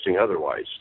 otherwise